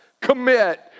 commit